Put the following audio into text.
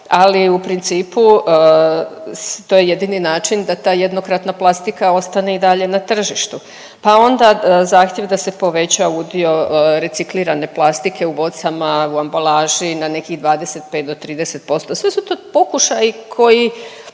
ali u principu to je jedini način da ta jednokratna plastika ostane i dalje na tržištu, pa onda zahtjev da se poveća udio reciklirane plastike u bocama, u ambalaži na nekih 25 do 30%, sve su to pokušaji koji